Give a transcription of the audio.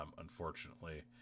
unfortunately